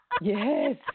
Yes